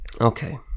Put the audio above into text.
okay